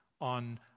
on